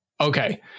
okay